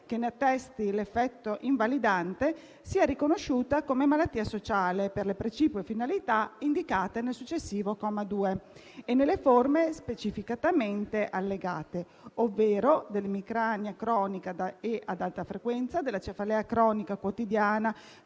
che ne attesti l'effetto invalidante, sia riconosciuta come malattia sociale per le precipue finalità indicate nel successivo comma 2 e nelle forme specificatamente allegate, ovvero dell'emicrania cronica e ad alta frequenza, della cefalea cronica quotidiana